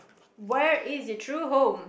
where is it true home